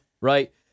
right